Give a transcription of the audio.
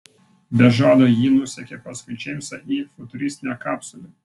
be žado ji nusekė paskui džeimsą į futuristinę kapsulę